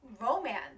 romance